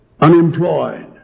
unemployed